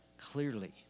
Clearly